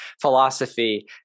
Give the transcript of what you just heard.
philosophy